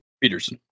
Peterson